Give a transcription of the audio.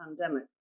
pandemic